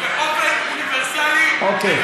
יכול לעשות באופן אוניברסלי, אוקיי.